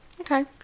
Okay